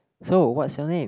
so what's your name